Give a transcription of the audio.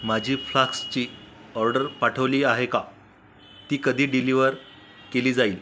माझी फ्लाक्सची ऑर्डर पाठवली आहे का ती कधी डिलिवर केली जाईल